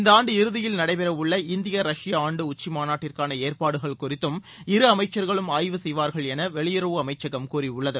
இந்த ஆண்டு இறுதியில் நடைபெற உள்ள இந்திய ரஷ்ய ஆண்டு உச்சி மாநாட்டிற்கான ஏற்பாடுகள் குறித்தும் இரு அமைச்சர்களும் ஆய்வு செய்வார்கள் என வெளியுறவு அமைச்சகம் கூறியுள்ளது